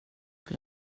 för